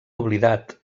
oblidat